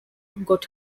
got